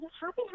happy